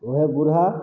ओहे बूढ़ा